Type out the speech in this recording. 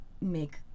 make